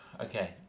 Okay